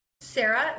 Sarah